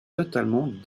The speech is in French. totalement